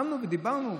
דיברנו,